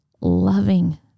loving